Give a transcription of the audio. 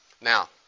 Now